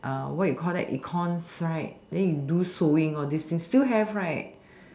what you call that econ right then you do sewing all this this still have right